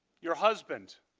your husband,